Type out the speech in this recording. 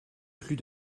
plus